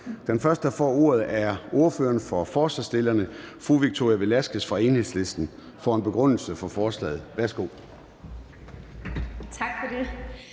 Den første, der får ordet, er ordfører for forslagsstillerne fru Victoria Velasquez fra Enhedslisten, for en begrundelse af forslaget. Kl.